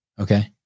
Okay